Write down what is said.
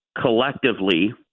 collectively